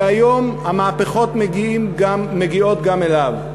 שהיום המהפכות מגיעות גם אליו.